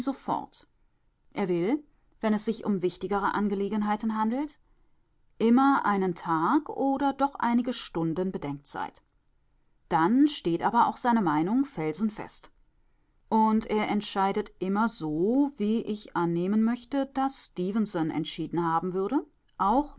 er will wenn es sich um wichtigere angelegenheiten handelt immer einen tag oder doch einige stunden bedenkzeit dann steht aber auch seine meinung felsenfest und er entscheidet immer so wie ich annehmen möchte daß stefenson entschieden haben würde